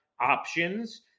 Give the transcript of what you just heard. options